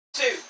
two